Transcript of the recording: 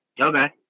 Okay